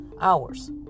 hours